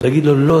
להגיד לו: לא,